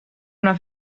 una